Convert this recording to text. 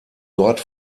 dort